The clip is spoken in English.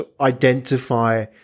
identify